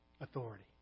authority